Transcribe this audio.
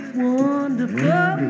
wonderful